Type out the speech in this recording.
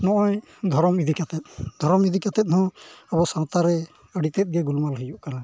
ᱱᱚᱜᱼᱚᱭ ᱫᱷᱚᱨᱚᱢ ᱤᱫᱤ ᱠᱟᱛᱮᱫ ᱫᱷᱚᱨᱚᱢ ᱤᱫᱤ ᱠᱟᱛᱮᱫ ᱦᱚᱸ ᱟᱵᱚ ᱥᱟᱶᱛᱟᱨᱮ ᱟᱹᱰᱤᱛᱮᱫ ᱜᱮ ᱜᱳᱞᱢᱟᱞ ᱦᱩᱭᱩᱜ ᱠᱟᱱᱟ